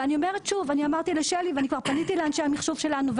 ואני אומרת שוב אמרתי לשלי וכבר פניתי לאנשי המחשוב שלנו,